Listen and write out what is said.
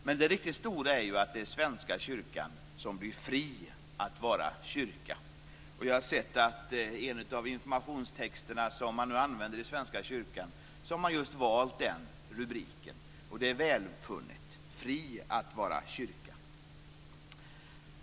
Men det riktigt stora är ju att Svenska kyrkan blir fri att vara kyrka. Jag har sett att man i en av de informationstexter som man nu använder i Svenska kyrkan har valt just den rubriken, och det är välfunnet: fri att vara kyrka.